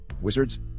Wizards